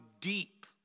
deep